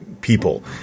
people